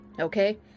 okay